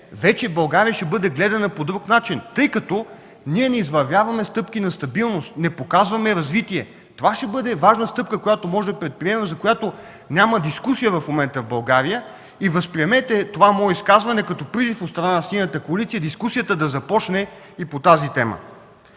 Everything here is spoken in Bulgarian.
вече България ще бъде гледана по друг начин. Тъй като ние не извървяваме стъпки на стабилност, не показваме развитие, това ще бъде важна стъпка, която можем да предприемем, за която няма дискусия в България в момента. Възприемете това мое изказване като призив от страна на Синята коалиция дискусията да започне и по тази тема.